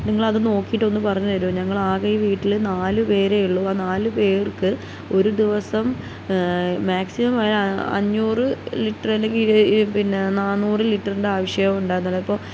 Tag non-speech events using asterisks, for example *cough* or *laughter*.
നിങ്ങളത് നോക്കിയിട്ടൊന്ന് പറഞ്ഞ് തരുമോ ഞങ്ങളാകെ ഈ വീട്ടിൽ നാല് പേരേയുള്ളൂ ആ നാല് പേർക്ക് ഒരു ദിവസം മാക്സിമം പോയാൽ അഞ്ഞൂറ് ലിറ്റർ അല്ലെങ്കിൽ പിന്നെ നാന്നൂറ് ലിറ്ററിൻ്റെ ആവശ്യം *unintelligible* ഇപ്പം